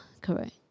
correct